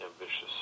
ambitious